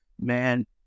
man